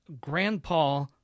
grandpa